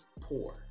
poor